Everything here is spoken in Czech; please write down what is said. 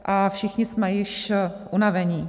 A všichni jsme již unavení.